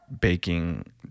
baking